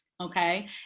Okay